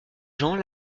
gens